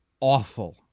awful